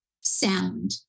sound